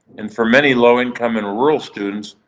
and for many low income and rural students,